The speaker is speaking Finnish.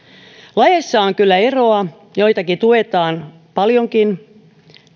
lajeissa on kyllä eroa joitakin tuetaan paljonkin